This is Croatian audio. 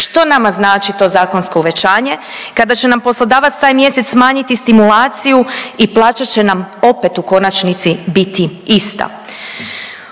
što nama znači to zakonsko uvećanje kada će nam poslodavac taj mjesec smanjiti stimulaciju i plaća će nam opet u konačnici biti ista.